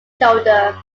shoulder